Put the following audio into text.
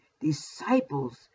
disciples